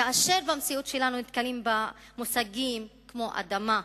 כאשר במציאות שלנו נתקלים במושגים כמו אדמה,